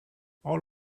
all